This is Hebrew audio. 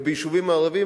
וביישובים ערביים,